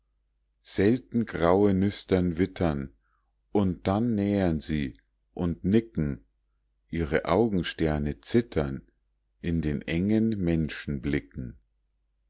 selten graue nüstern wittern und dann nähern sie und nicken ihre augensterne zittern in den engen